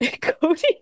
cody